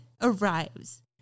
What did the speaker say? arrives